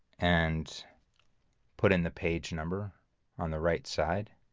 and put in the page number on the right side.